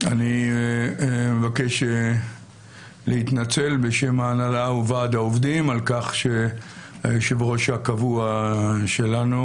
אני מבקש להתנצל בשם ההנהלה וועד העובדים על כך שהיושב-ראש הקבוע שלנו,